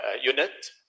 Unit